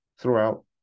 throughout